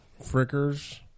Frickers